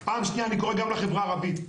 פעם שנייה אני קורא גם לחברה הערבית.